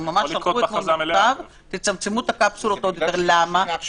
איך כותבים הכי מהר, אני לא יודע.